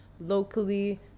locally